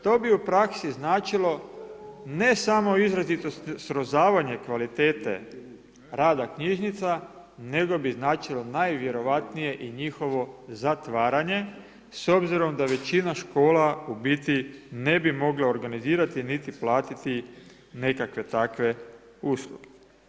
To bi u praski značilo ne samo izrazito srozavanje kvalitete rada knjižnica, nego bi značilo najvjerojatnije njihovo zatvaranje s obzirom da većinom škola u biti ne bi moglo organizirati niti platiti nekakve takve usluge.